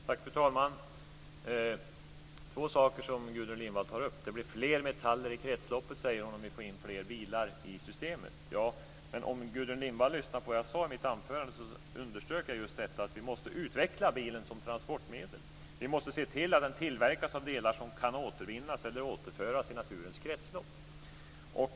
Fru talman! Gudrun Lindvall tar bl.a. upp två saker som jag vill kommentera. Det blir fler metaller i kretsloppet, säger hon, om vi får in fler bilar i systemet. Ja, men om Gudrun Lindvall lyssnade på vad jag sade i mitt anförande så underströk jag just att vi måste utveckla bilen som transportmedel. Vi måste se till att den tillverkas av delar som kan återvinnas eller återföras till naturens kretslopp.